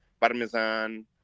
parmesan